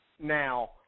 Now